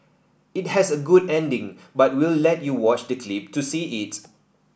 it has a good ending but we'll let you watch the clip to see it